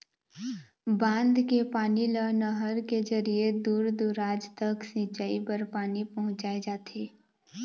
बांध के पानी ल नहर के जरिए दूर दूराज तक सिंचई बर पानी पहुंचाए जाथे